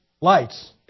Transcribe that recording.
lights